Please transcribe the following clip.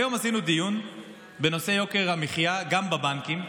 היום עשינו דיון בנושא יוקר המחיה גם בבנקים,